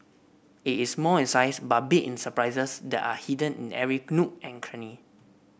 it is small in size but big in surprises that are hidden in every nook and cranny